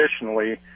Additionally